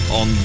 on